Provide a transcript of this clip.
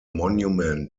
monument